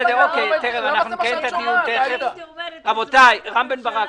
רם בן ברק,